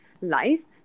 life